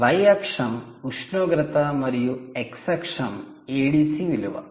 Y అక్షం ఉష్ణోగ్రత మరియు x అక్షం ADC విలువ